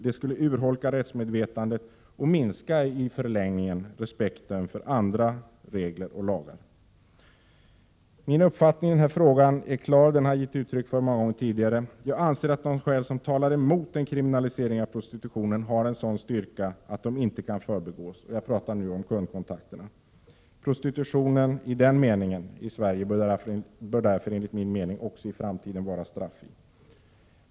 Det skulle urholka rättsmedvetandet och i förlängningen minska respekten för andra regler och lagar. Min uppfattning i frågan är klar — jag har givit uttryck för den många gånger tidigare. Jag anser att de skäl som talar mot en kriminalisering av prostitutionen har en sådan styrka att de inte kan förbigås — jag talar nu om kundkontakterna. Prostitutionen i den meningen i Sverige bör därför också i framtiden vara straffri.